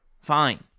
fine